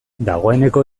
dagoeneko